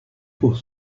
pour